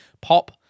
pop